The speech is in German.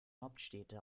hauptstädte